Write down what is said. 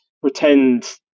pretend